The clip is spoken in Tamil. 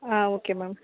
ah okay ma'am